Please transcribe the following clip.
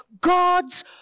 God's